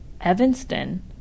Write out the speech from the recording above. Evanston